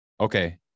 okay